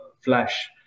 flash